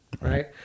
right